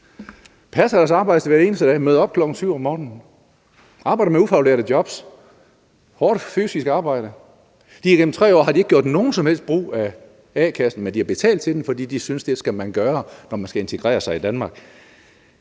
passet deres arbejde hver eneste dag, er mødt op kl. 7 om morgenen og har arbejdet med ufaglærte jobs, hårdt fysisk arbejde. Igennem 3 år har de ikke gjort nogen som helst brug af a-kassen, men de har betalt til den, fordi de synes, at det skal man gøre, når man skal integrere sig i Danmark.